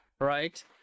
Right